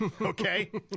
Okay